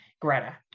Greta